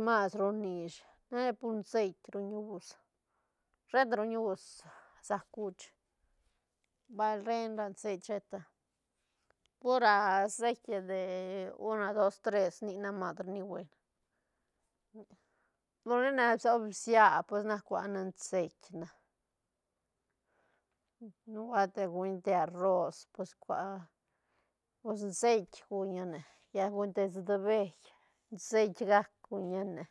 Mas ru nish na re pur ceit ruña us sheta ruñ us sä cuch bal reñ ra ceit sheta pur a ceit de una dos tres nic nac ni mas ru ni buen por ni na soba bsia cuane ceit na nubuelt te guña te arroz pus cua pus ceit guña ne lla guña de sutbeï ceit gac guña ne